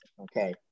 Okay